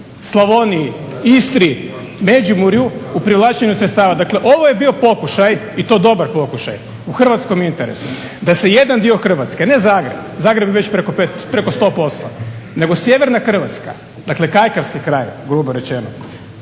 Slavoniji, Istri, Međimurju u privlačenju sredstava. Dakle ovo je bio pokušaj i to dobar pokušaj u hrvatskom interesu da se jedan dio Hrvatske ne Zagreb, Zagreb već preko 100%, nego sjeverna Hrvatska dakle kajkavski kraj grubo rečeno,